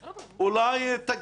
אולי תקדימי,